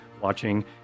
watching